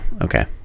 okay